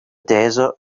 desert